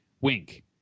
wink